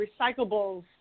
recyclables